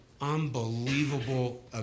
unbelievable